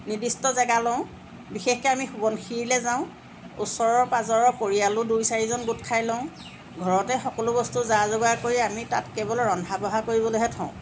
নিৰ্দিষ্ট জেগা লওঁ বিশষকৈ আমি সোৱণশিৰিলৈ যাওঁ ওচৰৰ পাজৰৰ পৰিয়ালো দুই চাৰিজন গোট খাই লওঁ ঘৰতে সকলো বস্তু যা যোগাৰ কৰি আমি তাত কেৱল ৰন্ধা বঢ়া কৰিবলৈহে থওঁ